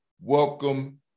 welcome